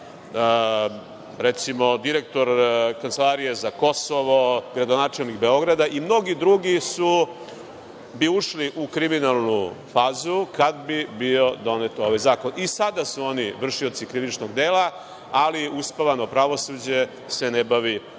recimo direktor Kancelarije za Kosovo, gradonačelnik Beograda i mnogi drugi bi ušli u kriminalnu fazu kada bi bio donet ovaj zakon. I sada su oni vršioci krivičnog dela, ali uspavano pravosuđe se na bavi